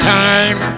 time